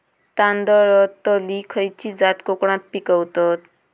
तांदलतली खयची जात कोकणात पिकवतत?